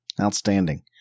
Outstanding